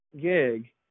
gig